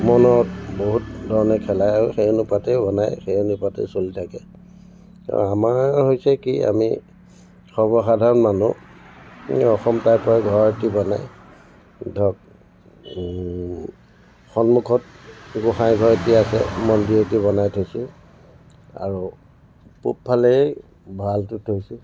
মনত বহুত ধৰণৰ খেলাই আৰু সেই অনুপাতে বনায় সেই অনুপাতে চলি থাকে আও আমাৰ হৈছে কি আমি সৰ্বসাধাৰণ মানুহ অসম টাইপৰ ঘৰ এটি বনাই ধৰক সন্মুখত গোসাঁইঘৰ এটি আছে মন্দিৰ এটি বনাই থৈছোঁ আৰু পূবফালেই ভঁৰালটো থৈছোঁ